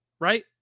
right